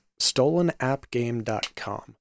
stolenappgame.com